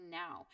now